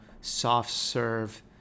soft-serve